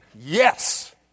yes